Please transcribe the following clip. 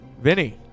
Vinny